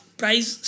price